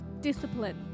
discipline